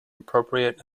appropriate